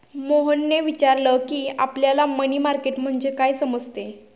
मोहनने विचारले की, आपल्याला मनी मार्केट म्हणजे काय समजते?